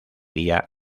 día